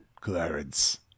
Clarence